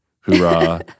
hoorah